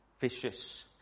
vicious